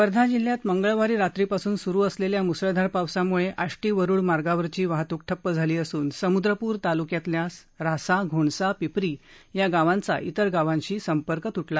वर्धा जिल्ह्यात मंगळवारी रात्री पासून सुरू असलेल्या मुसळधार पावसामुळे आष्टी वरुड मार्गावरील वाहतूक ठप्प झाली असून समुद्रप्र तालुक्यातल्या रासा घोणसा पिपरी या गावांचा इतर गावांशी संपर्क तुटला आहे